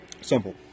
Simple